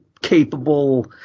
capable